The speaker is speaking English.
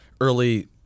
early